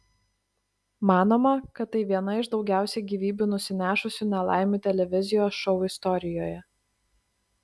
manoma kad tai viena iš daugiausiai gyvybių nusinešusių nelaimių televizijos šou istorijoje